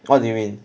what do you mean